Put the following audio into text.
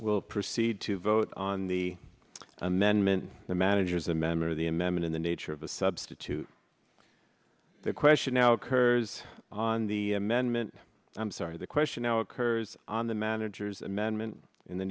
we'll proceed to vote on the amendment the manager's a member of the amendment in the nature of a substitute the question now occurs on the amendment i'm sorry the question now occurs on the manager's amendment in the